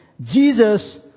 Jesus